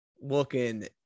looking